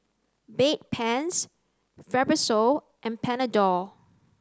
Bedpans Fibrosol and Panadol